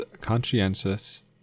conscientious